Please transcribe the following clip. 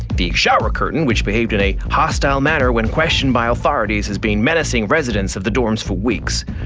the shower curtain, which behaved in a hostile manner when questioned by authorities, has been menacing residents of the dorms for weeks.